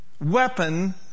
weapon